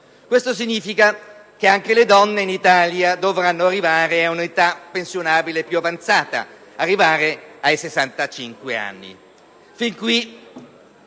Questo significa che anche le donne in Italia dovranno arrivare ad un'età pensionabile più avanzata, cioè a 65 anni.